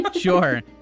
Sure